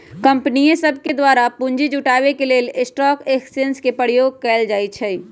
कंपनीय सभके द्वारा पूंजी जुटाबे के लेल स्टॉक एक्सचेंज के प्रयोग कएल जाइ छइ